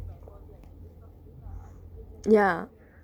ya